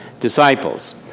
disciples